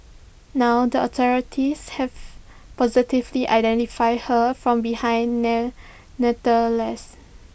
now the authorities have positively identified her from behind